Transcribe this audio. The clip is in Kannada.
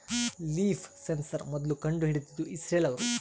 ಲೀಫ್ ಸೆನ್ಸಾರ್ ಮೊದ್ಲು ಕಂಡು ಹಿಡಿದಿದ್ದು ಇಸ್ರೇಲ್ ಅವ್ರು